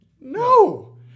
No